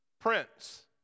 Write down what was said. prince